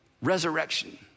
resurrection